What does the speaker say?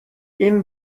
این